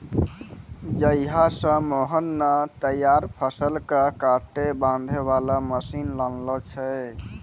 जहिया स मोहन नॅ तैयार फसल कॅ काटै बांधै वाला मशीन लानलो छै